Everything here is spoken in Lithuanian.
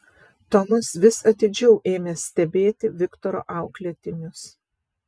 tomas vis atidžiau ėmė stebėti viktoro auklėtinius